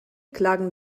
klagen